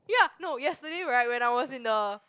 ya no yesterday right when I was in the